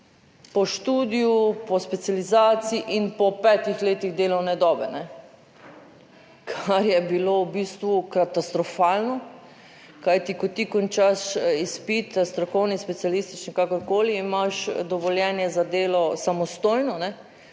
po študiju, po specializaciji in po petih letih delovne dobe, kar je bilo v bistvu katastrofalno. Kajti, ko ti končaš izpit, strokovni, specialistični, kakorkoli, imaš dovoljenje za delo samostojno,